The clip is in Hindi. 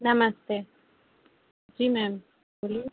नमस्ते जी मैम बोलिए